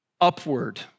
upward